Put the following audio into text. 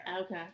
Okay